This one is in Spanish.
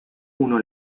uno